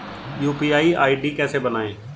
UPI ID कैसे बनाएं?